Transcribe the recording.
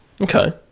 Okay